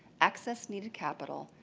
access needed capital,